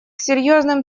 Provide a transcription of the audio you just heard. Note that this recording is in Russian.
серьёзным